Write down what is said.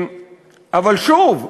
אבל שוב,